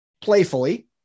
playfully